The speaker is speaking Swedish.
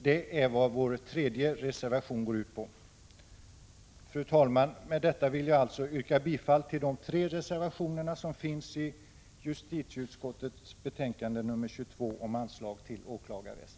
Det är vad vår reservation 3 går ut på. Fru talman! Med detta vill jag yrka bifall till de tre reservationer som finns i justitieutskottets betänkande 22 om anslag till åklagarväsendet.